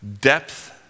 depth